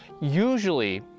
Usually